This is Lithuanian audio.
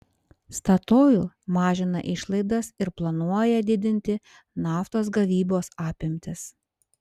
statoil mažina išlaidas ir planuoja didinti naftos gavybos apimtis